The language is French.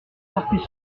corpus